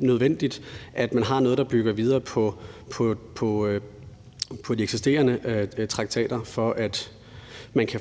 nødvendigt, at man har noget, der bygger videre på de eksisterende traktater, for at man kan